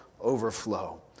overflow